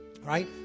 right